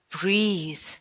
breathe